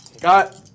Got